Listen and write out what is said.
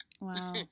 Wow